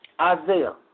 Isaiah